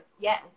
yes